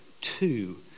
two